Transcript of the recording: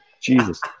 Jesus